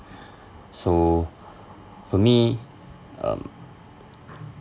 so for me um